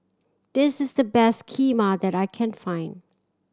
this is the best Kheema that I can find